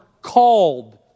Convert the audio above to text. called